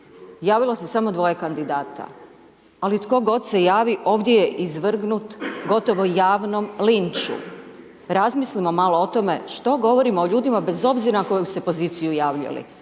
javilo se samo 2 kandidata, ali tko god se javio, ovdje je izvrgnut gotovo javnom linču. Razmislimo malo o tome, što govorimo o ljudima bez obzira na koju se poziciju javili.